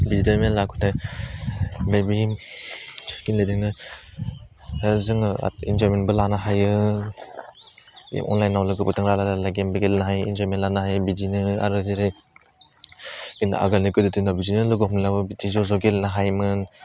बिदाइमेन लाख'थाइ बे भिम गेलेदैनो ओह जोङो इन्जयमेन्टबो लानो हायो अनलाइनआव लोगोफोरजों रायलाइ रायलाइ गेमबो गेलेनो हायो इन्जयमेन्ट लानो हायो बिदिनो आरो जेरै आगोलनि गोदोनि दिनाव बिदिनो लोगो हमलायाबाबो बिदि ज' ज' गेलेनो हायोमोन